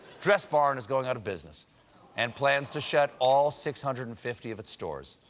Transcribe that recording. dressbarn is going out of business and plans to shut all six hundred and fifty of its stores.